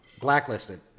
blacklisted